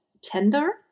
tender